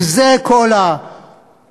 אם זו כל החבילה?